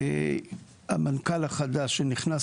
המנכ"ל החדש שנכנס